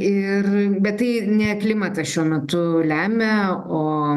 ir bet tai ne klimatas šiuo metu lemia o